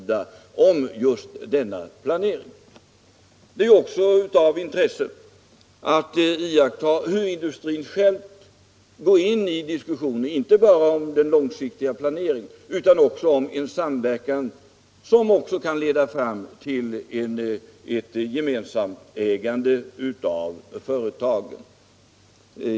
Det är också av intresse att iaktta hur industrin själv går in i diskussionen inte bara om den långsiktiga planeringen utan också om en samverkan som kan leda fram till ett gemensamt ägande av företagen.